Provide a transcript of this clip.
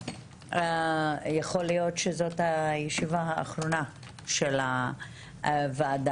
שיכול להיות שזאת הישיבה האחרונה של הוועדה,